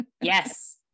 yes